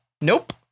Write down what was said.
Nope